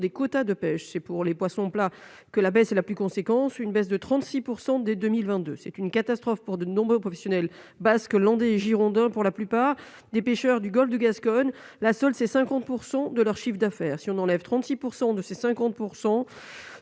des quotas de pêche et pour les poissons plats que la baisse est la plus conséquence une baisse de 36 % des 2022, c'est une catastrophe pour de nombreux professionnels basque landais et Girondins, pour la plupart des pêcheurs du Golfe de Gascogne, la seule, c'est 50 % de leur chiffre d'affaires, si on enlève 36 % de ces 50